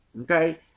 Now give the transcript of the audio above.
Okay